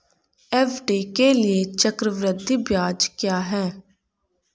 FD के लिए चक्रवृद्धि ब्याज क्या है?